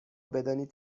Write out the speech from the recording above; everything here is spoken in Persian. بدانید